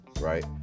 right